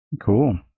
cool